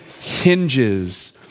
hinges